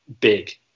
big